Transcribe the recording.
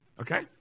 Okay